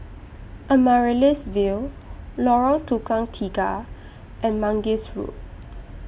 Amaryllis Ville Lorong Tukang Tiga and Mangis Road